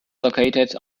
located